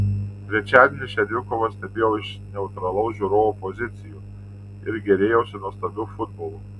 trečiadienį šią dvikovą stebėjau iš neutralaus žiūrovo pozicijų ir gėrėjausi nuostabiu futbolu